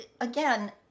again